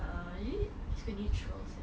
uh you need to be coached